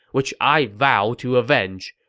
which i vow to avenge.